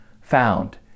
found